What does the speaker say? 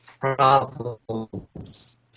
problems